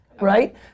right